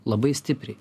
labai stipriai